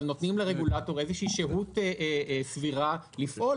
אבל נותנים לרגולטור איזו שהות סבירה לפעול,